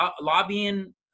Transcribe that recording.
lobbying